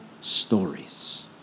stories